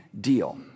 deal